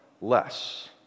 less